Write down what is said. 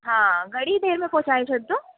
हा घणी देरि में पहुचाए छॾंदो